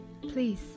please